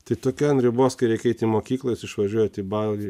tai tokia ant ribos kai reik eit į mokyklą jūs išvažiuojat į balį